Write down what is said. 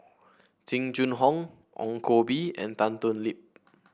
Jing Jun Hong Ong Koh Bee and Tan Thoon Lip